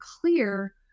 clear